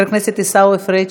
חבר הכנסת עיסאווי פריג',